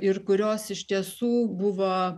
ir kurios iš tiesų buvo